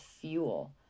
fuel